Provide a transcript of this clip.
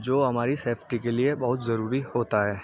جو ہماری سیفٹی کے لیے بہت ضروری ہوتا ہے